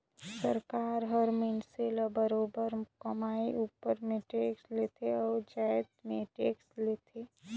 सरकार हर मइनसे ले बरोबेर कमई उपर में टेक्स लेथे अउ जाएत में टेक्स लेथे